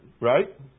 right